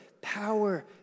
power